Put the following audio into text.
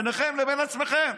ביניכם לבין עצמכם,